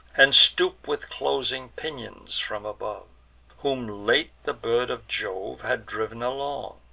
and stoop with closing pinions from above whom late the bird of jove had driv'n along,